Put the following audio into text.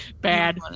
bad